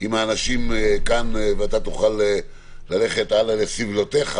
עם האנשים כאן, ותוכל ללכת הלאה לסבלותיך